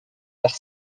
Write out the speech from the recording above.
par